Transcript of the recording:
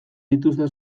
dituzte